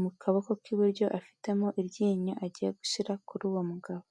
mu kaboko k'iburyo afitemo iryinyo agiye gushyira kuri uwo mugabo.